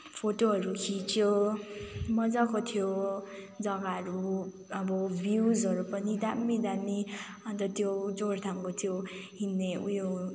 फोटोहरू खिँच्यो मजाको थियो जग्गाहरू अब भ्यूजहरू पनि दामी दामी अन्त त्यो जोरथाङको त्यो हिँड्ने उयो